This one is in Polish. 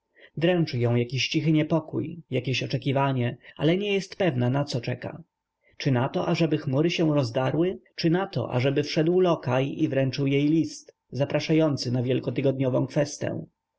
ją jakiś cichy niepokój jakieś oczekiwanie ale nie jest pewna naco czeka czy nato ażeby chmury się rozdarły czy nato ażeby wszedł lokaj i wręczył jej list zapraszający na wielkotygodniową kwestę